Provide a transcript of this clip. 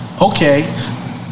Okay